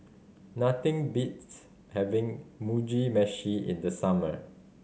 nothing beats having Mugi Meshi in the summer